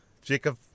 Jacob